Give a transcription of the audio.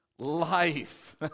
Life